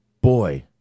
boy